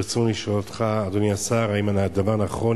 רצוני לשאול אותך, אדוני השר: 1. האם הדבר נכון?